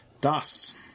Dust